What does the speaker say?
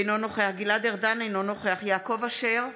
אינו נוכח גלעד ארדן אינו נוכח יעקב אשר,